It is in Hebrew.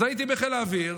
אז הייתי בחיל האוויר.